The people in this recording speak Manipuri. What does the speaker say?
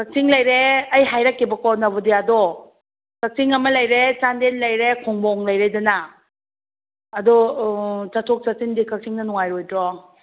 ꯀꯛꯆꯤꯡ ꯂꯩꯔꯦ ꯑꯩ ꯍꯥꯏꯔꯛꯀꯦꯕꯀꯣ ꯅꯔꯣꯗꯤꯌꯥꯗꯣ ꯀꯛꯆꯤꯡ ꯑꯃ ꯂꯩꯔꯦ ꯆꯥꯟꯗꯦꯜ ꯂꯩꯔꯦ ꯈꯨꯝꯕꯣꯡ ꯂꯩꯔꯦꯗꯅ ꯑꯗꯣ ꯆꯠꯊꯣꯛ ꯆꯠꯁꯤꯟꯗꯤ ꯀꯛꯆꯤꯡꯅ ꯅꯨꯡꯉꯥꯏꯔꯣꯏꯗ꯭ꯔꯣ